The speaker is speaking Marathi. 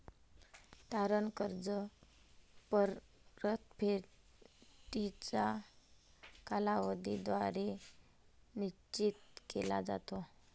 तारण कर्ज परतफेडीचा कालावधी द्वारे निश्चित केला जातो